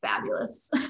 fabulous